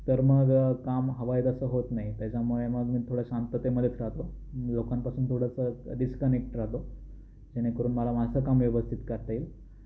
तर मग काम हवं आहे तसं होत नाही त्याच्यामुळे मग मी थोडं शांततेमध्येच राहतो लोकांपासून थोडंसं डिस्कनेक्ट राहतो जेणेकरून मला माझं काम व्यवस्थित करता येईल